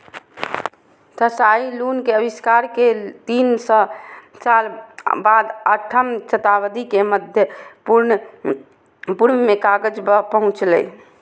Tsai Lun के आविष्कार के तीन सय साल बाद आठम शताब्दी मे मध्य पूर्व मे कागज पहुंचलै